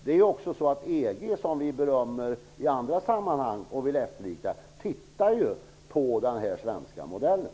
EG, som vi i andra sammanhang berömmer och vill efterlikna, tittar på den här svenska modellen.